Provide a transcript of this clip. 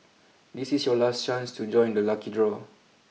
this is your last chance to join the lucky draw